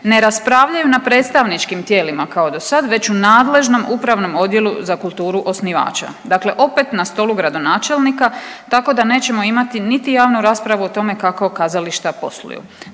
ne raspravljaju na predstavničkim tijelima kao dosada već u nadležnom upravnom odjelu za kulturu osnivača. Dakle, opet na stolu gradonačelnika tako da nećemo imati niti javnu raspravu o tome kako kazališta posluju.